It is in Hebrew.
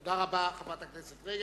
תודה רבה, חברת הכנסת רגב.